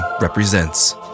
represents